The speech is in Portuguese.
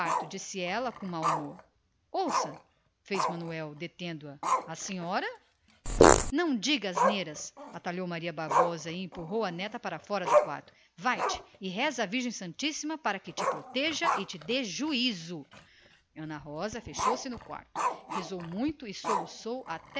quarto disse ela com mau modo ouça opôs lhe o pai detendo a a senhora não diga asneiras atalhou a velha empurrando a neta para fora vai-te e reza à virgem santíssima para que te proteja e te dê juízo ana rosa fechou-se no seu quarto rezou muito não quis tomar chá e soluçou